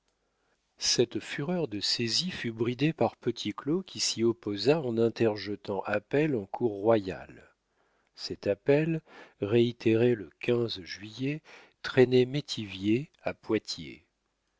cette fureur de saisie fut bridée par petit claud qui s'y opposa en interjetant appel en cour royale cet appel réitéré le juillet traînait métivier à poitiers